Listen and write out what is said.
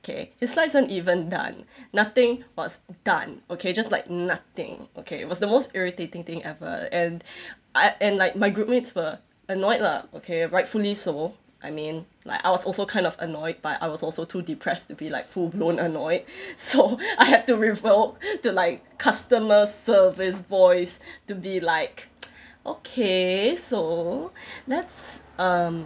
okay his slides weren't even done nothing was done okay just like nothing okay it was the most irritating thing ever and I and like my group mates were annoyed lah okay rightfully so I mean like I was also kind of annoyed but I was also too depressed to be like full blown annoyed so I had to revoke to like customer service voice to be like okay so let's um